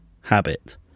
habit